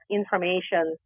information